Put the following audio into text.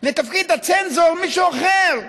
את תפקיד הצנזור למישהו אחר.